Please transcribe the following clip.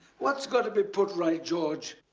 what's got to be put right george?